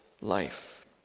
life